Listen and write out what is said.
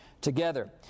together